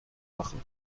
machen